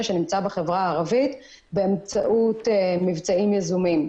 שנמצא בחברה הערבית באמצעות מבצעים יזומים.